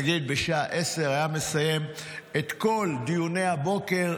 נגיד שבשעה 10:00 הוא היה מסיים את כל דיוני הבוקר,